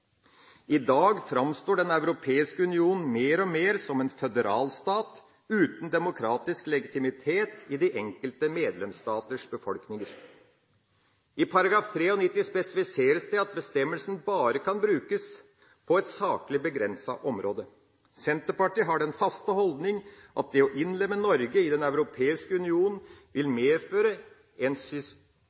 I dag framstår Den europeiske union mer og mer som en føderalstat, uten demokratisk legitimitet i de enkelte medlemsstaters befolkning. I § 93 spesifiseres det at bestemmelsen bare kan brukes på et saklig begrenset område. Senterpartiet har den faste holdning at det å innlemme Norge i Den europeiske union vil medføre en